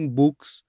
books